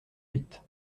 huit